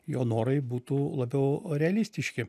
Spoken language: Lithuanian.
jo norai būtų labiau realistiški